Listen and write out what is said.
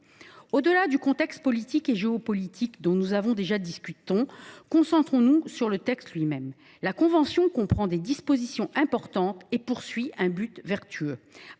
Au delà du contexte politique et géopolitique dont nous avons déjà discuté, concentrons nous sur le texte en lui même. La convention comprend des dispositions importantes et poursuit un but vertueux,